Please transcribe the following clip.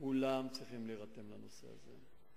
כולם צריכים להירתם לנושא הזה.